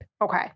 Okay